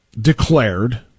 declared